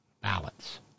ballots